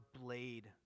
blade